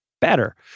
better